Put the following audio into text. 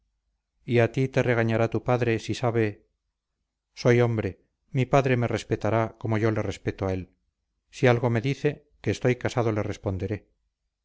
y a ti te regañará tu padre si sabe soy hombre mi padre me respetará como yo le respeto a él si algo me dice que estoy casado le responderé